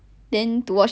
ya